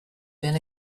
been